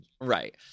Right